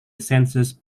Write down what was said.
census